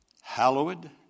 Hallowed